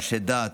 אנשי דת,